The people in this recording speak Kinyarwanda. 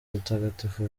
mutagatifu